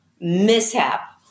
mishap